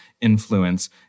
influence